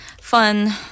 fun